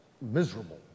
miserable